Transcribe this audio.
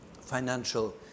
financial